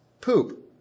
poop